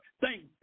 Thank